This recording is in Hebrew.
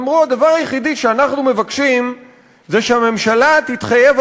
הם אמרו: הדבר היחידי שאנחנו מבקשים זה שהממשלה תתחייב